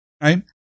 right